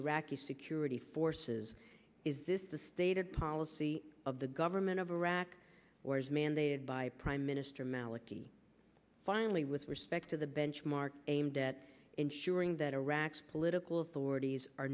iraqi security forces is this the stated policy of the government of iraq or is mandated by prime minister maliki finally with respect to the benchmarks aimed at ensuring that iraq's political authorities are